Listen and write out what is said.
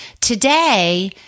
today